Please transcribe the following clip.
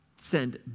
send